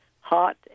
hot